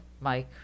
mike